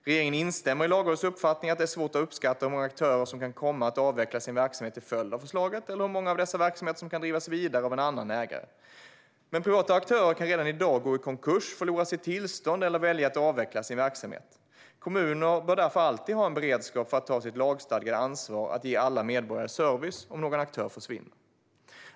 Regeringen instämmer i Lagrådets uppfattning att det är svårt att uppskatta hur många aktörer som kan komma att avveckla sin verksamhet till följd av förslaget eller hur många av dessa verksamheter som kan drivas vidare av en annan ägare. Privata aktörer kan redan i dag gå i konkurs, förlora sitt tillstånd eller välja att avveckla sin verksamhet. Kommuner bör därför alltid ha en beredskap för att ta sitt lagstadgade ansvar för att ge alla medborgare service om någon aktör försvinner.